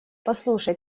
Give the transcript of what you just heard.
послушай